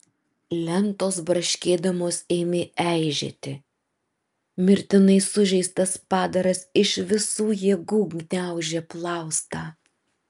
lentos braškėdamos ėmė eižėti mirtinai sužeistas padaras iš visų jėgų gniaužė plaustą